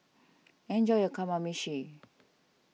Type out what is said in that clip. enjoy your Kamameshi